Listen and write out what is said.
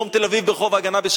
ברחוב ההגנה בדרום תל-אביב,